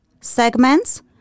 segments